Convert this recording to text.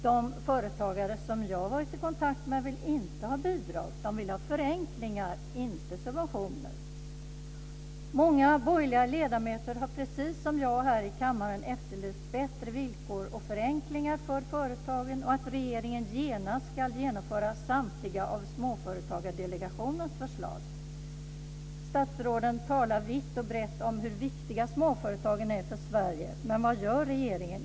De företagare som jag har varit i kontakt med vill inte ha bidrag. De vill ha förenklingar, inte subventioner. Många borgerliga ledamöter har precis som jag här i kammaren efterlyst bättre villkor och förenklingar för företagen. De vill att regeringen genast ska genomföra samtliga av Småföretagsdelegationens förslag. Statsråden talar vitt och brett om hur viktiga småföretagen är för Sverige. Men vad gör regeringen?